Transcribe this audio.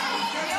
ממש לא.